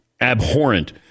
abhorrent